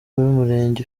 murenge